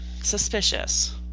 suspicious